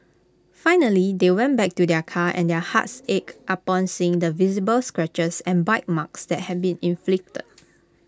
finally they went back to their car and their hearts ached upon seeing the visible scratches and bite marks that had been inflicted